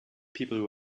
people